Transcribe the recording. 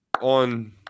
on